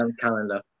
calendar